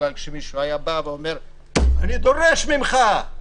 כלל כשמישהו היה בא ואומר אני דורש ממך.